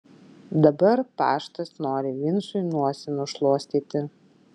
dabar paštas nori vincui nosį nušluostyti